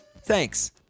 Thanks